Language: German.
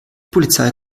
polizei